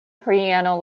piano